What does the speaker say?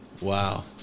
Wow